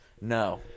No